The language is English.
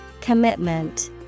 Commitment